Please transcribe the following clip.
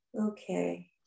Okay